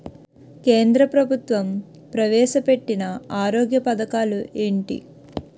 కేంద్ర ప్రభుత్వం ప్రవేశ పెట్టిన ఆరోగ్య పథకాలు ఎంటి?